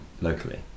locally